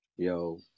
Yo